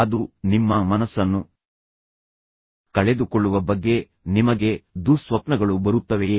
ಅದು ನಿಮ್ಮ ಮನಸ್ಸನ್ನು ಕಳೆದುಕೊಳ್ಳುವ ಬಗ್ಗೆ ನಿಮಗೆ ದುಃಸ್ವಪ್ನಗಳು ಬರುತ್ತವೆಯೇ